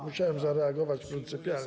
Musiałem zareagować pryncypialnie.